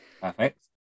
Perfect